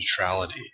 neutrality